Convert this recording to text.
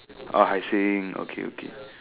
oh Hai-Sing okay okay